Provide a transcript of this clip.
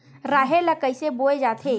राहेर ल कइसे बोय जाथे?